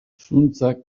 zuntzak